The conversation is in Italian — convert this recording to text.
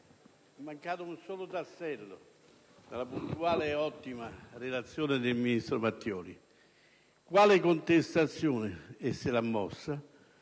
è mancato un solo tassello alla puntuale ed ottima relazione svolta dal ministro Matteoli: quale contestazione è stata fatta